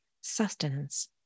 sustenance